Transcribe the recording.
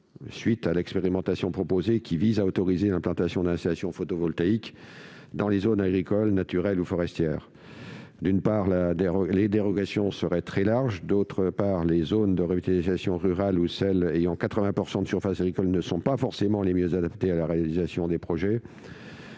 suite à l'expérimentation proposée, qui vise à autoriser l'implantation d'installations photovoltaïques dans les zones agricoles, naturelles ou forestières. D'une part, les dérogations seraient très larges. D'autre part, les zones de revitalisation rurale ou celles qui ont 80 % de surfaces agricoles ne sont pas forcément les mieux adaptées à la réalisation des projets.